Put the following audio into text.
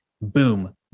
boom